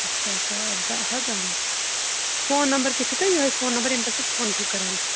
اَچھا اَچھا آبدا اَحد آ فون نمبر کیٛاہ چھُو تۄہہِ یِہَے فون نمبر ییٚمہِ پٮ۪ٹھ تُہۍ فون چھُو کران